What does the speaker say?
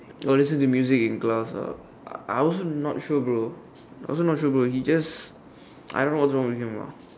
got listen to music in class ah I I also not sure bro I also not sure bro he just I don't know what's wrong with him ah